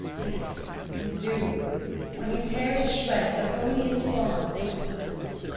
yes, you do when you tear to shreds the holiest bonds between us.